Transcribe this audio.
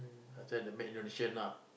last time the maid Indonesian lah